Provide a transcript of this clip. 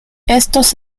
estos